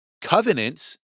covenants